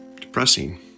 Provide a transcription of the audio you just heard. depressing